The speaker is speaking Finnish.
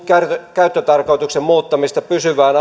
käyttötarkoituksen muuttamista pysyvään